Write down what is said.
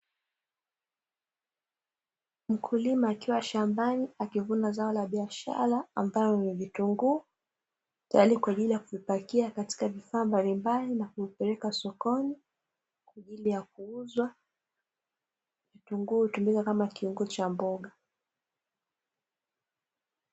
Mkulima akiwa shambani akivuna zao la biashara, ambalo ni vitunguu tayari kwa ajili ya kupakia katika vifaa mbalimbali na kupeleka sokoni kwa ajili ya kuuzwa. Vitunguu hutumika kama kiungo cha mboga.